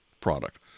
product